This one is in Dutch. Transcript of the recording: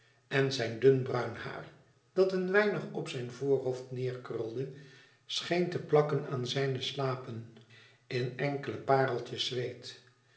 en zijn dun bruin haar dat een weinig op zijn voorhoofd neerkrulde scheen te plakken aan zijne slapen in enkele pareltjes zweet